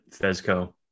Fezco